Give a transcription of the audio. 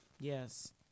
Yes